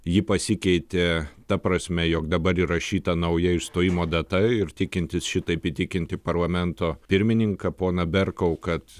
ji pasikeitė ta prasme jog dabar įrašyta nauja išstojimo data ir tikintis šitaip įtikinti parlamento pirmininką poną berkou kad